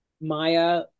Maya